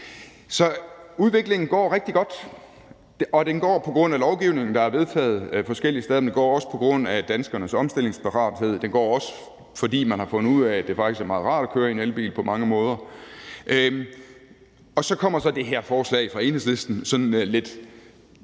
Så udviklingen går rigtig godt, og den går godt på grund af lovgivningen, der er vedtaget forskellige steder. Den går også godt på grund af danskernes omstillingsparathed. Den går også godt, fordi man har fundet ud af, at det faktisk på mange måder er meget rart at køre i en elbil. Så kommer det her forslag fra Enhedslisten sådan lidt